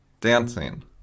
dancing